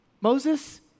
Moses